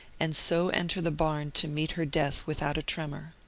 and so enter the barn to meet her death with out a tremor.